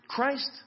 Christ